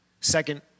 second